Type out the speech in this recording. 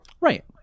Right